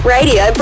Radio